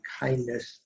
kindness